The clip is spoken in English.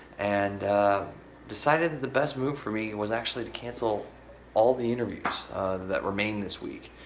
and decided that the best move for me was actually to cancel all the interviews that remain this week.